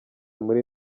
muri